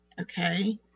okay